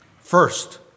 First